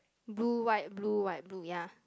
blue white blue white blue ya